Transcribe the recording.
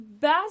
best